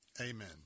Amen